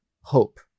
hope